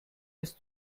als